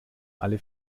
alle